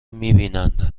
میبینن